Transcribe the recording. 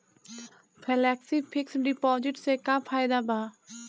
Flexi fix deposit से का फायदा भा?